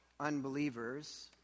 Unbelievers